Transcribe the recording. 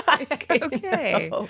okay